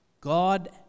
God